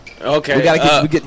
Okay